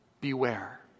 beware